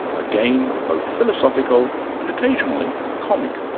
a game both philosophical and occasionally comic.